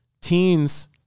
teens